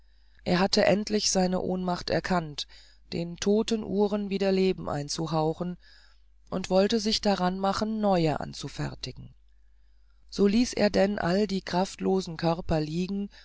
er hatte endlich seine ohnmacht erkannt den todten uhren wieder leben einzuhauchen und wollte sich daran machen neue anzufertigen so ließ er denn all die kraftlosen körper liegen